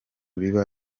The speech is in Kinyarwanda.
biba